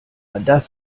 das